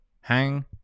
Hang